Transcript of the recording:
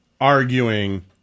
arguing